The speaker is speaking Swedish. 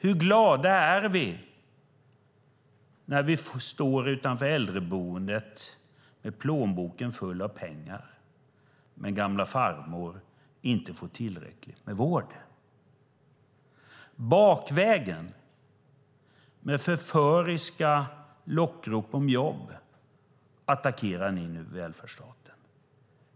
Hur glada är vi när vi står inför äldreboendet med plånboken full med pengar men gamla farmor inte får tillräckligt med vård? Bakvägen och med förföriska lockrop om jobb attackerar ni nu välfärdsstaten.